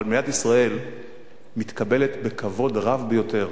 אבל מדינת ישראל מתקבלת בכבוד רב ביותר.